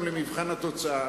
גם למבחן התוצאה.